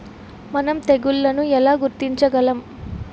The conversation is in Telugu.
మనం తెగుళ్లను ఎలా గుర్తించగలం?